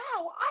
Wow